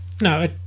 No